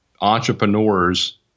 entrepreneurs